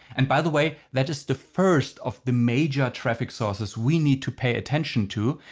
and by the way that is the first of the major traffic sources we need to pay attention to.